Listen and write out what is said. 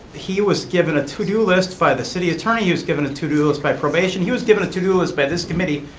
he was given a to do list by the city attorney, he was given a to do list by probation, he was given a to do list by this committee.